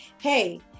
hey